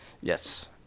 Yes